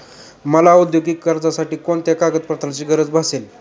मला औद्योगिक कर्जासाठी कोणत्या कागदपत्रांची गरज भासेल?